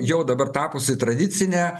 jau dabar tapusi tradicinė